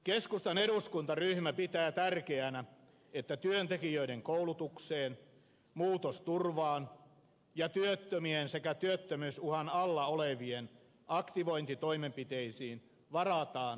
keskustan eduskuntaryhmä pitää tärkeänä että työntekijöiden koulutukseen muutosturvaan ja työttömien sekä työttömyysuhan alla olevien aktivointitoimenpiteisiin varataan riittävät määrärahat